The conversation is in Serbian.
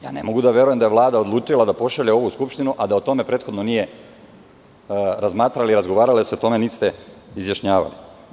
Ja ne mogu da verujem da je Vlada odlučila da pošalje ovo u skupštinu a da o tome prethodno nije razmatrala i razgovarala o tome ili se niste izjašnjavali.